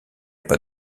pas